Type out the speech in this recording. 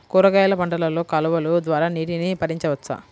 కూరగాయలు పంటలలో కాలువలు ద్వారా నీటిని పరించవచ్చా?